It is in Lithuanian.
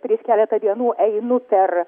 prieš keletą dienų einu per